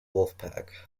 wolfpack